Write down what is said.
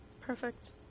Perfect